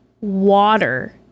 water